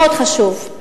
מאוד חשוב,